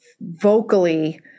vocally